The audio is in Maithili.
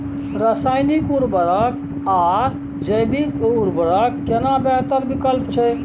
रसायनिक उर्वरक आ जैविक उर्वरक केना बेहतर विकल्प छै?